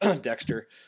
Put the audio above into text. Dexter